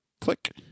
click